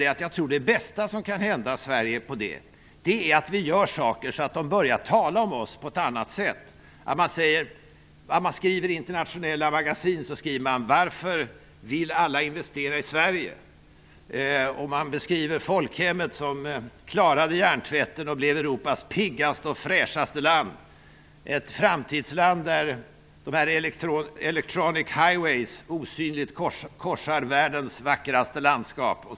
Det bästa som kan hända Sverige är att vi gör saker så att man börjar tala om Sverige utomlands på ett annat sätt. I internationella magasin skall man skriva: Varför vill alla investera i Sverige? Man skall beskriva folkhemmet, som klarade hjärntvätten och blev Europas piggaste och fräschaste land, ett framtidsland där electronic highways korsar världens vackraste landskap.